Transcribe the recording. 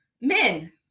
Men